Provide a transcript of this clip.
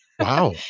Wow